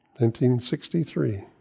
1963